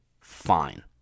fine